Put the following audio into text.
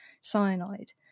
cyanide